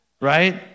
right